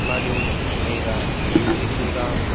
మరియు లేదా ధూళి కూడా